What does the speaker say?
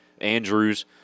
Andrews